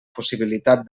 possibilitat